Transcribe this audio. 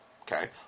Okay